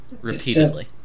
Repeatedly